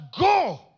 go